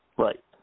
Right